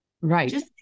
Right